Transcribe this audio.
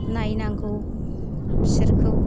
नायनांगौ बिसोरखौ